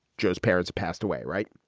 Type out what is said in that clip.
joe's parents passed away. right.